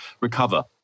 recover